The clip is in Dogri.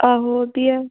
आहो ओह् बी ऐ